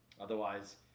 otherwise